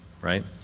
right